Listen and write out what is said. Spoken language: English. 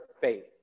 faith